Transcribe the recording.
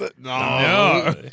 No